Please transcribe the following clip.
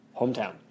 hometown